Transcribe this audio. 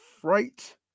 Fright